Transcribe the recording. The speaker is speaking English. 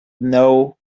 know